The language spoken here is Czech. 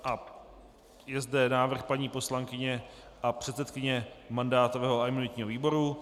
A je zde návrh paní poslankyně a předsedkyně mandátového a imunitního výboru.